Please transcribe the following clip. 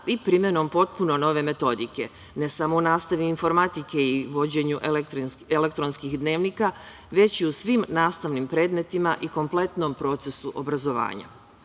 i primenom potpuno nove metodike, ne samo u nastavi informacije i vođenju elektronskih dnevnika već i u svim nastavnim predmetima i kompletnom procesu obrazovanja. Zatim,